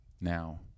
now